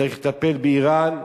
צריך לטפל באירן,